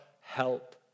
Help